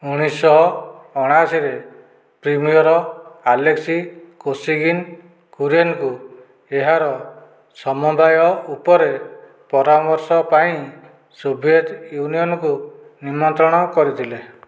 ଉଣେଇଶ ଶହ ଅଣାଅଶୀରେ ପ୍ରିମିୟର୍ ଆଲେକ୍ସି କୋସିଗିନ୍ କୁରିଏନ୍ଙ୍କୁ ଏହାର ସମବାୟ ଉପରେ ପରାମର୍ଶ ପାଇଁ ସୋଭିଏତ୍ ୟୁନିଅନ୍କୁ ନିମନ୍ତ୍ରଣ କରିଥିଲେ